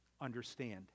understand